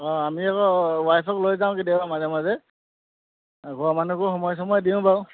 অঁ আমি আকৌ ৱাইফক লৈ যাওঁ কেতিয়াবা মাজে মাজে ঘৰৰ মানুহকো সময় চময় দিওঁ বাৰু